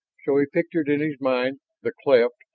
so he pictured in his mind the cleft,